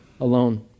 alone